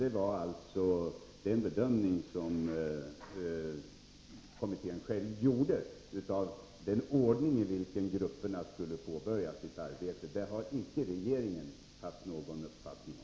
Det var alltså den bedömning som kommittén själv gjorde av den ordning i vilken grupperna skulle påbörja sitt arbete, och det har regeringen icke haft någon uppfattning om.